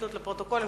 לפרוטוקול.